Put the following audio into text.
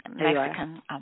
Mexican